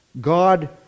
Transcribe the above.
God